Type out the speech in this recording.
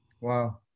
Wow